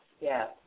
yes